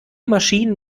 maschinen